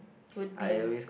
would be